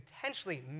potentially